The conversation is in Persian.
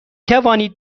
توانید